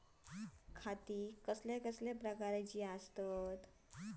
खाते कसल्या कसल्या प्रकारची असतत?